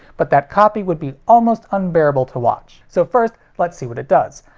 but that copy would be almost unbearable to watch. so first let's see what it does.